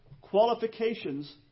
qualifications